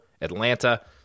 Atlanta